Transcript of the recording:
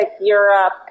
Europe